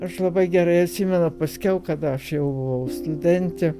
aš labai gerai atsimenu paskiau kada aš jau buvau studentė